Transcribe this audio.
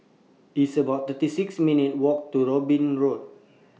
It's about thirty six minutes' Walk to Robin Road